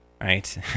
right